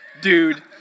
Dude